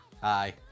hi